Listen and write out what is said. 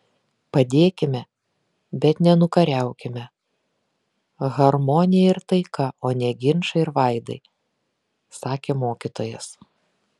padėkime bet ne nukariaukime harmonija ir taika o ne ginčai ir vaidai sakė mokytojas